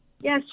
Yes